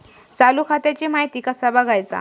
चालू खात्याची माहिती कसा बगायचा?